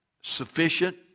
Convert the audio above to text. sufficient